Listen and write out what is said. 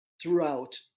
throughout